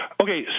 Okay